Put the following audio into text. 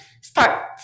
start